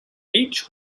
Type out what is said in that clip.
each